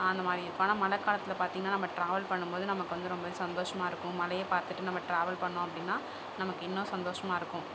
அந்த மாதிரி இருக்கும் ஆனால் மழக்காலத்தில் பார்த்தீங்கனா நம்ம ட்ராவல் பண்ணும் போது நமக்கு வந்து ரொம்ப சந்தோஷமாக இருக்கும் மழைய பார்த்துட்டு நம்ம ட்ராவல் பண்ணிணோம் அப்படினா நமக்கு இன்னும் சந்தோஷமாக இருக்கும்